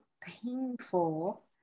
painful